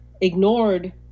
ignored